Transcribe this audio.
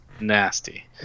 Nasty